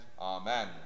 Amen